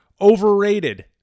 overrated